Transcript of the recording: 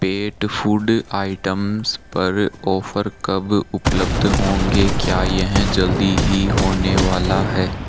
पेट food items पर offer कब उपलब्ध होंगे क्या यह जल्दी ही होने वाला है